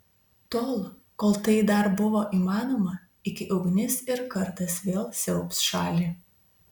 tol kol tai dar buvo įmanoma iki ugnis ir kardas vėl siaubs šalį